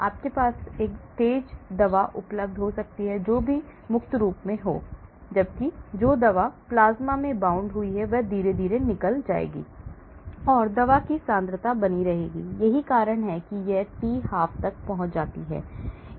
आपके पास एक तेज़ दवा उपलब्ध हो सकती है जो भी मुक्त रूप में हो जबकि जो दवा प्लाज्मा से bound हुई है वह धीरे धीरे निकल जाएगी और दवा की सांद्रता बनी रहेगी यही कारण है कि यह t तक पहुंच जाती है